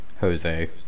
Jose